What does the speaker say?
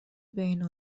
بین